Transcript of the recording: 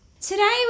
Today